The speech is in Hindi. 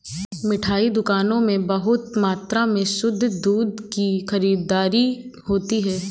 मिठाई दुकानों में बहुत मात्रा में शुद्ध दूध की खरीददारी होती है